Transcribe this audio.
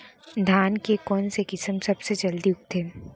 धान के कोन से किसम सबसे जलदी उगथे?